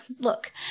Look